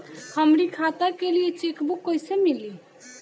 हमरी खाता के लिए चेकबुक कईसे मिली?